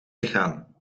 lichaam